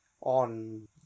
on